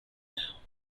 now